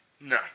No